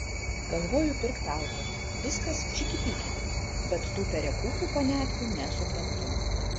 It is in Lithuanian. galvoju pirkt auto viskas čiki piki bet tų perekūpų paniatkių nesuprantu